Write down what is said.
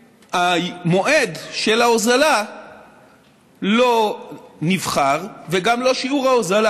והמועד של ההוזלה לא נבחר וגם לא שיעור ההוזלה.